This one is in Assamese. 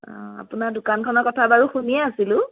অঁ আপোনাৰ দোকানখনৰ কথা বাৰু শুনিয়ে আছিলোঁ